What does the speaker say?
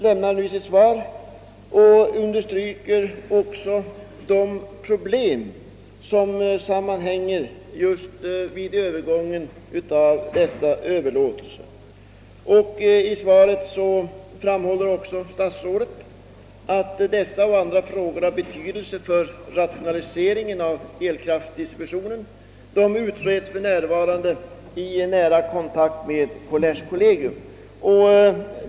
I sitt svar understryker statsrådet de problem som sammanhänger med dessa överlåtelser, och statsrådet meddelar att dessa och andra frågor av betydelse för rationaliseringen av elkraftdistributionen för närvarande utredes i nära kontakt med kommerskollegium.